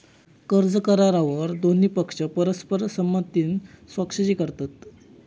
कर्ज करारावर दोन्ही पक्ष परस्पर संमतीन स्वाक्षरी करतत